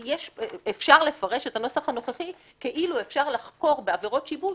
אפשר לפרש את הנוסח הנוכחי כאילו אפשר לחקור בעבירות שיבוש,